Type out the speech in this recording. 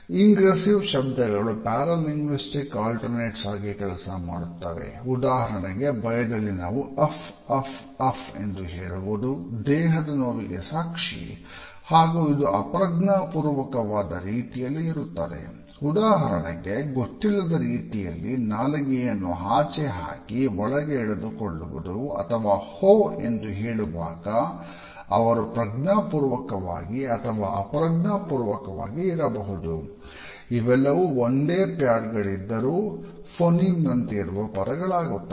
ingressive ನಂತೆ ಇರುವ ಪದಗಳಾಗುತ್ತವೆ